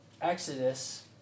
Exodus